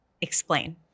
Explain